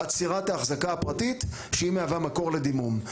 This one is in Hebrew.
עצירת ההחזקה הפרטית שהיא מהווה מקור לדימום.